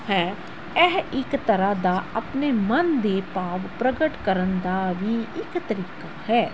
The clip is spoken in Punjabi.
ਹੈ ਇਹ ਇੱਕ ਤਰ੍ਹਾਂ ਦਾ ਆਪਣੇ ਮਨ ਦੇ ਭਾਵ ਪ੍ਰਗਟ ਕਰਨ ਦਾ ਵੀ ਇੱਕ ਤਰੀਕਾ ਹੈ